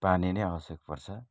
पानी नै आवश्यक पर्छ